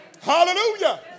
Hallelujah